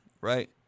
right